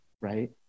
right